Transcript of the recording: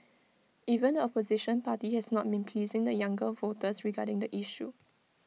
even the opposition party has not been pleasing the younger voters that regarding the issue